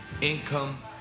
income